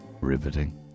riveting